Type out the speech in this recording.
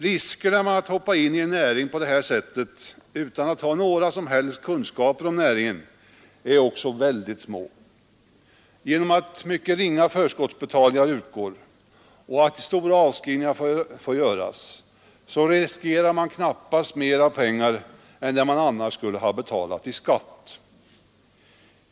Riskerna med att hoppa in i en näring på det här sättet utan att ha några som helst kunskaper om näringen är också ytterligt små. Genom att mycket ringa förskottsbetalningar erfordras och stora avskrivningar får göras riskerar man knappast mera pengar än man annars skulle ha betalat i skatt.